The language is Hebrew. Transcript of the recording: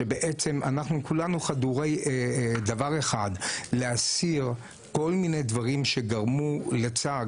שבעצם אנחנו כולנו חדורי דבר אחד: להסיר כל מיני דברים שגרמו לצער,